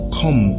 come